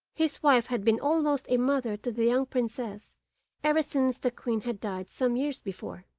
his wife had been almost a mother to the young princess ever since the queen had died some years before.